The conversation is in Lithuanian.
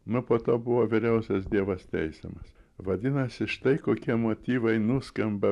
nu po to buvo vyriausias dievas teisiamas vadinasi štai kokie motyvai nuskamba